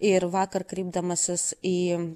ir vakar kreipdamasis į